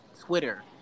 Twitter